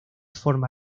forma